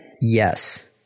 Yes